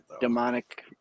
demonic